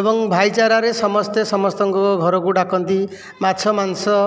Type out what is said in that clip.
ଏବଂ ଭାଇଚାରାରେ ସମସ୍ତେ ସମସ୍ତଙ୍କ ଘରକୁ ଡାକନ୍ତି ମାଛ ମାଂସ